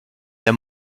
der